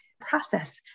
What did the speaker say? process